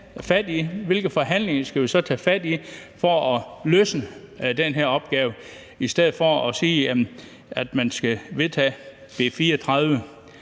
hvilke forhandlinger man skal i gang med for at løse den her opgave, i stedet for at vedtage B 34,